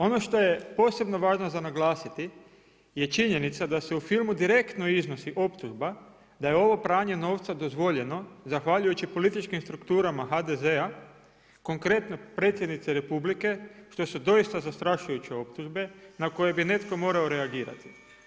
Ono što je posebno važno za naglasiti je činjenica da se u filmu direktno iznosi optužba da je ovo pranje novca dozvoljeno zahvaljujući političkim strukturama HDZ-a konkretno Predsjednice Republike što su doista zastrašujuće optužbe na koje bi netko morao reagirati.